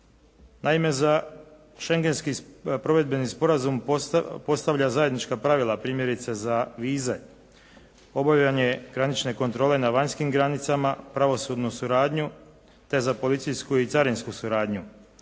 Naime za Schengenski provedbeni sporazum postavlja zajednička pravila primjerice za vize, obavljanje granične kontrole na vanjskim granicama, pravosudnu suradnju te za policijsku i carinsku suradnju,